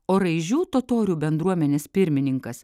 o raižių totorių bendruomenės pirmininkas